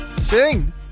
Sing